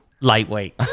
lightweight